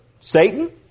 Satan